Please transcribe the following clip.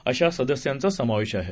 अशा सदस्यांचा समावेश आहे